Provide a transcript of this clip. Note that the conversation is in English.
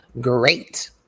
great